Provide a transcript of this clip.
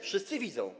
Wszyscy widzą.